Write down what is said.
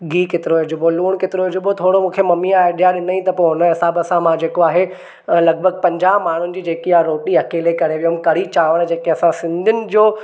गिहु केतिरो विझिबो लूणु केतिरो विझिबो थोरो मूंखे मम्मी आइडिया ॾिनईं त पोइ हुन हिसाब सां मां जेको आहे लॻिभॻि पंजाह माण्हुनि जी जेकी आहे अकेले करे वियुमि कढ़ी चांवर जेके असां सिंधियुनि जो